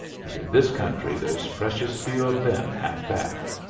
and in this country there's precious few of them have that.